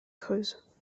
creuses